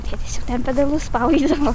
tėtis jau ten pedalus spaudydavo